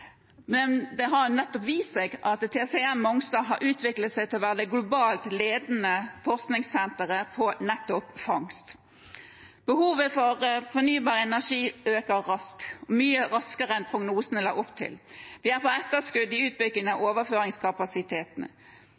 men det har vist seg at TCM har utviklet seg til å være det globalt ledende forskningssenteret på nettopp fangst. Behovet for fornybar energi øker raskt, mye raskere enn prognosene la opp til. Vi er på etterskudd i utbyggingen av